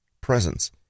presence